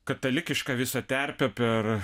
katalikišką visą terpę per